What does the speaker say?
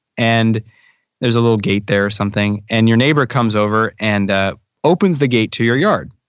and there's a little gate there or something and your neighbor comes over and ah opens the gate to your yard.